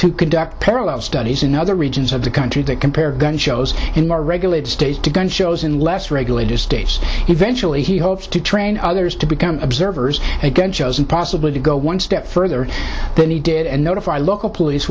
to conduct parallel studies in other regions of the country to compare gun shows in more regulated states to gun shows in less regulated states eventually he hopes to train others to become observers again chosen possibly to go one step further than he did and notify local police